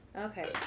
Okay